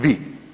Vi.